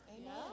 Amen